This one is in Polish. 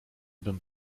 bym